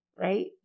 right